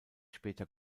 später